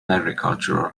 agricultural